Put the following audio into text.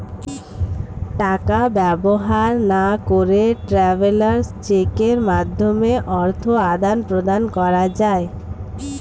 টাকা ব্যবহার না করে ট্রাভেলার্স চেকের মাধ্যমে অর্থ আদান প্রদান করা যায়